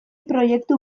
proiektu